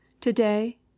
TODAY